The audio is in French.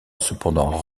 cependant